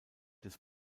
des